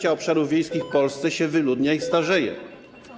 1/3 obszarów wiejskich w Polsce się wyludnia i starzeje.